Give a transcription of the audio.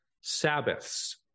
Sabbaths